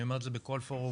אני אומר את זה בכל פורם,